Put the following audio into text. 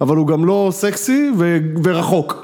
אבל הוא גם לא סקסי ורחוק.